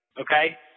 Okay